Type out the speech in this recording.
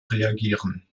reagieren